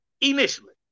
initially